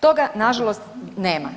Toga na žalost nema.